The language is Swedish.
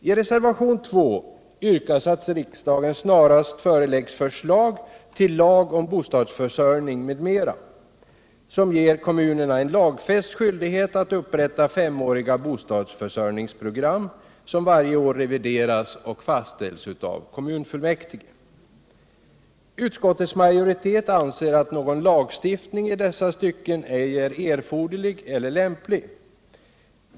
I reservationen 2 yrkas att riksdagen snarast föreläggs förslag till lag om bostadsförsörjning m.m. som ger kommunerna en lagfäst skyldighet att upprätta femåriga bostadsförsörjningsprogram, som varje år revideras och fastställs av kommunfullmäktige. Utskottets majoritet anser att någon lagstiftning i dessa stycken ej är erforderlig eller lämplig.